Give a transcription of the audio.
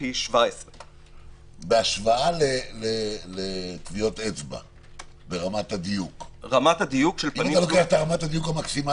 פי 17. אם אתה לוקח את רמת הדיוק המקסימלית